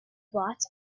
blots